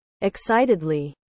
Excitedly